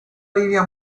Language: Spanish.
línea